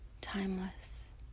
timeless